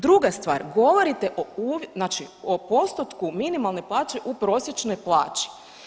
Druga stvar, govorite znači o postotku minimalne plaće u prosječnoj plaći.